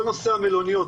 כל נושא המלוניות,